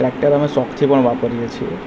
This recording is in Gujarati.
ટ્રેક્ટર અમે શોખથી પણ વાપરીએ છીએ